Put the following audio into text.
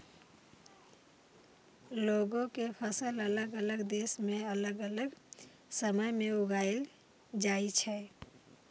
लौंग के फसल अलग अलग देश मे अलग अलग समय मे उगाएल जाइ छै